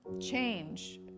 change